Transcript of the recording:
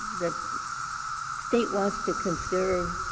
the state wants to conserve